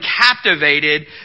captivated